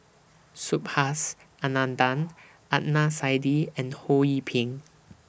Subhas Anandan Adnan Saidi and Ho Yee Ping